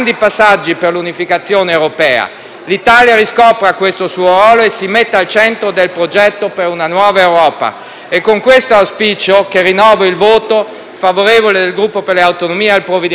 L'Italia riscopra questo suo ruolo e si metta al centro del progetto per una nuova Europa. È con questo auspicio che rinnovo il voto favorevole del Gruppo per le Autonomie al provvedimento.